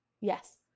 yes